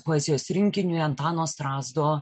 poezijos rinkiniui antano strazdo